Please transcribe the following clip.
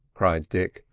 cried dick,